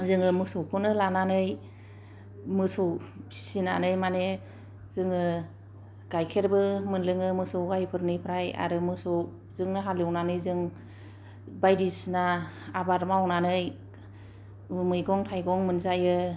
जोङो मोसौखौनो लानानै मोसौ फिनानै माने जोङो गायखेरबो मोनलोङो मोसौ गायफोरनिफ्राय आरो मोसौजोंनो हालेवनानै जों बायदिसिना आबाद मावनानै मैगं थाइगं मोनजायो